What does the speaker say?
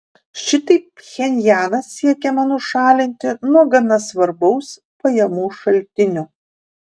šitaip pchenjaną siekiama nušalinti nuo gana svarbaus pajamų šaltinio